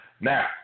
now